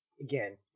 again